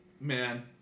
man